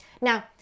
Now